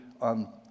on